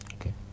Okay